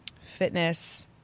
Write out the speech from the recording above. fitness